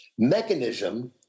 mechanism